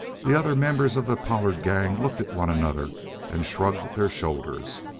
the other members of the pollard gang looked at one another and shrugged their shoulders.